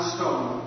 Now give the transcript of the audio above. Stone